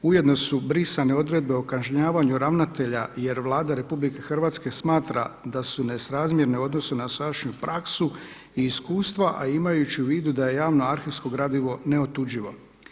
Ujedno su brisane odredbe o kažnjavanju ravnatelja, jer Vlada RH smatra da su nesrazmjerne u odnosu na dosadašnju praksu i iskustva, a imajući u vidu da je javno arhivsko gradivo neotuđivo.